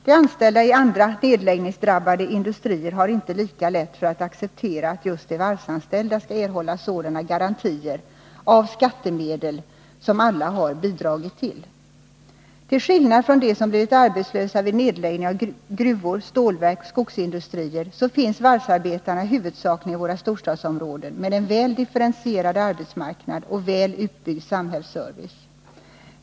De anställda i andra nedläggningsdrabbade industrier har inte lika lätt att acceptera att just de varvsanställda skall erhålla sådana garantier av skattemedel, som alla har bidragit till. Till skillnad från dem som blivit arbetslösa vid nedläggning av gruvor, stålverk och skogsindustrier finns varvsarbetarna huvudsakligen i våra storstadsområden med en väl differentierad arbetsmarknad och väl utbyggd samhällsservice.